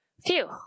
Phew